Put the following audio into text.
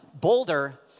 Boulder